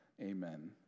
amen